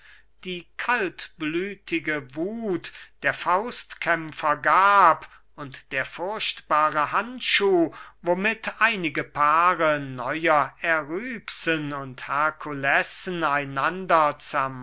die kaltblütige wuth der faustkämpfer gab und der furchtbare handschuh womit einige paare neuer eryxen und herkulessen